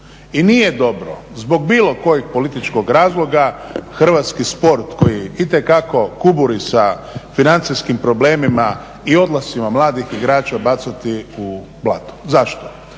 I nije dobro zbog bilo kojeg političkog razloga hrvatski sport koji itekako … sa financijskim problemima i odlascima mladih igrača bacati u blato. Zašto?